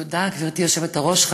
תודה, גברתי היושבת-ראש.